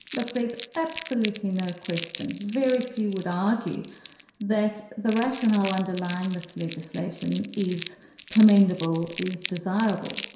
look, there's absolutely no question. very few would argue that the rationale underlying this legislation is commendable, is desirable.